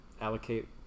allocate